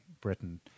Britain